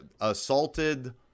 assaulted